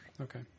Okay